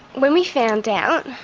when we found out,